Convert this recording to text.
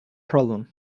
problem